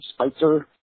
Spitzer